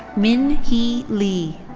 min hee lee.